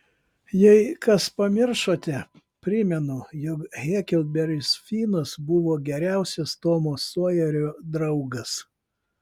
jei kas pamiršote primenu jog heklberis finas buvo geriausias tomo sojerio draugas